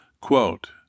Quote